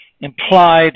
implied